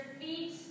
feet